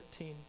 13